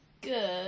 good